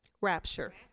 Rapture